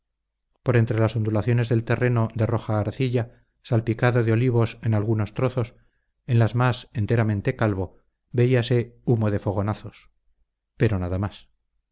por entre las ondulaciones del terreno de roja arcilla salpicado de olivos en algunos trozos en las más enteramente calvo veíase humo de fogonazos pero nada más